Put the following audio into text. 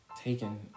taken